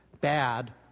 bad